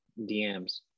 DMs